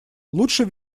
лучше